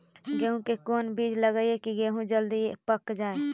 गेंहू के कोन बिज लगाई कि गेहूं जल्दी पक जाए?